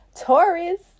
Taurus